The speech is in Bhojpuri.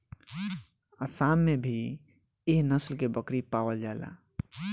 आसाम में भी एह नस्ल के बकरी पावल जाली